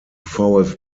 vfb